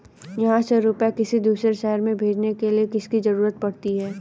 यहाँ से रुपये किसी दूसरे शहर में भेजने के लिए किसकी जरूरत पड़ती है?